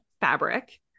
fabric